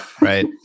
Right